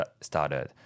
started